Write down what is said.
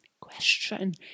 Question